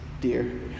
dear